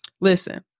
listen